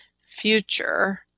future